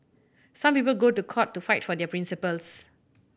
some people go to court to fight for their principles